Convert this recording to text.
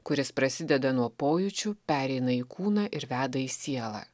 kuris prasideda nuo pojūčių pereina į kūną ir veda į sielą